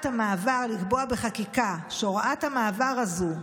לקבוע בחקיקה שהוראת המעבר הזו,